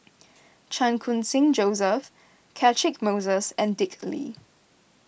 Chan Khun Sing Joseph Catchick Moses and Dick Lee